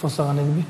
איפה השר הנגבי?